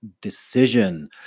Decision